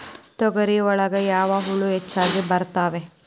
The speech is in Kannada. ತೊಗರಿ ಒಳಗ ಯಾವ ಹುಳ ಹೆಚ್ಚಾಗಿ ಬರ್ತವೆ?